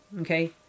okay